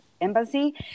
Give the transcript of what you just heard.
embassy